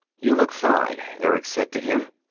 you look fine, erick said to him.